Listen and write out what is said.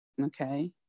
Okay